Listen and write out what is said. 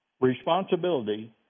responsibility